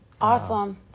Awesome